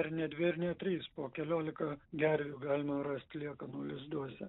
ir ne dvi ir ne trys po keliolika gervių galima rast liekanų lizduose